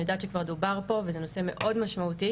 יודעת שכבר דובר פה וזה נושא מאוד משמעותי,